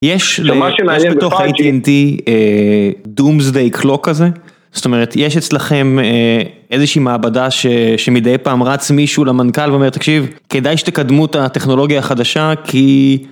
יש לתוך AT&T דומ'ז דיי קלוק הזה, זאת אומרת, יש אצלכם איזושהי מעבדה שמדי פעם רץ מישהו למנכ"ל ואומר, תקשיב, כדאי שתקדמו את הטכנולוגיה החדשה, כי...